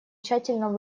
тщательно